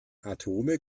atome